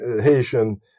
Haitian